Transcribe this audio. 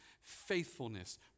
faithfulness